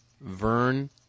Vern